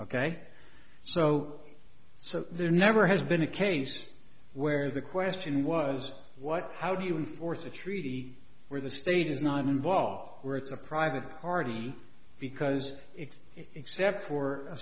ok so so there never has been a case where the question was what how do you enforce a treaty where the state is not involved where it's a private party because it's except for a